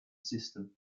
system